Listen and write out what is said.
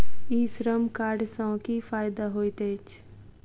ई Shram card सँ की फायदा होइत अछि?